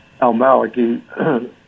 al-Maliki